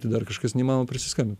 tai dar kažkas neįmanoma prisiskambint